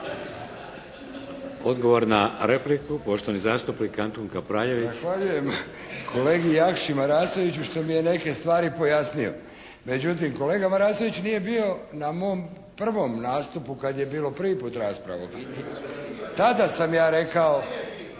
Odgovor na repliku, poštovani zastupnik Antun Kapraljević. **Kapraljević, Antun (HNS)** Zahvaljujem kolegi Jakši Marasoviću što mi je neke stvari pojasnio. Međutim kolega Marasović nije bio na mom prvo nastupu kad je bila prvi put rasprava. Tada sam ja rekao